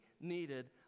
needed